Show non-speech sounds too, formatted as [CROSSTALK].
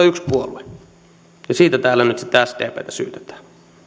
[UNINTELLIGIBLE] yksi puolue ja siitä täällä nyt sitten sdptä syytetään